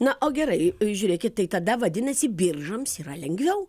na o gerai žiūrėkit tai tada vadinasi biržams yra lengviau